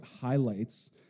highlights